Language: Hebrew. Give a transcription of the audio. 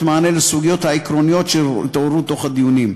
מענה לסוגיות העקרוניות שהתעוררו תוך כדי הדיונים,